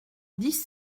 dix